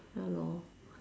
ya lor